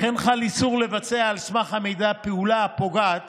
לכן חל איסור לבצע על סמך המידע פעולה הפוגעת